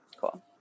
cool